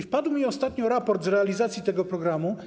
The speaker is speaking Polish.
Wpadł mi ostatnio w ręce raport z realizacji tego programu.